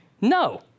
no